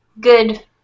good